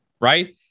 Right